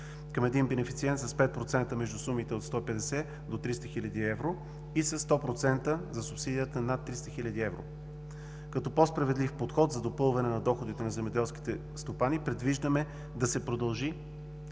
към един бенефициент – с 5% за сумите от 150 до 300 хил. евро., и със 100% – за субсидията над 300 хил. евро. Като по-справедлив подход за допълване на доходите на земеделските стопани предвиждаме да се продължи